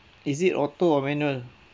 is it auto or manual